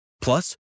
Plus